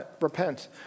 repent